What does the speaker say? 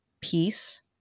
peace